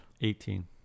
eighteen